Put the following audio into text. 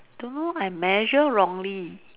don't know I measure wrongly